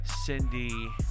Cindy